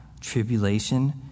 tribulation